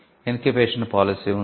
incubation policy ఉంది